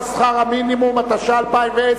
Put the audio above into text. העלאת שכר מינימום בהדרגה),